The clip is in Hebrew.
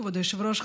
כבוד היושב-ראש,